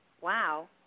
wow